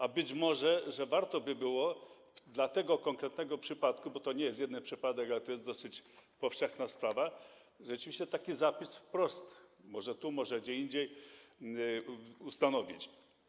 A być może warto by było dla tego konkretnego przypadku, bo to nie jest jeden przypadek, ale to jest dosyć powszechna sprawa, rzeczywiście taki zapis wprost, może tu, może gdzie indziej, ustanowić.